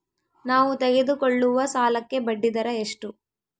ನಾವು ತೆಗೆದುಕೊಳ್ಳುವ ಸಾಲಕ್ಕೆ ಬಡ್ಡಿದರ ಎಷ್ಟು?